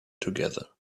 together